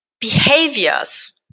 behaviors